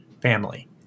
family